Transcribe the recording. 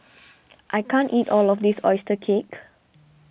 I can't eat all of this Oyster Cake